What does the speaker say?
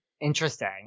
Interesting